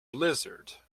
blizzard